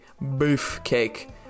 beefcake